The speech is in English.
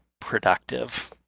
productive